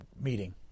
meeting